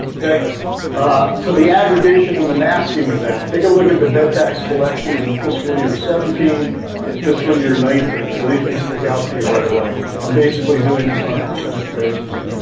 ah so the aggregation when and i'm asking you that, take a look at the bed tax collection in fiscal year seventeen and fiscal year nineteen, does anything stick out to you right away? i'm basically doing this on percentage basis.